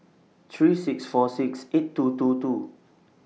three six four six eight two two two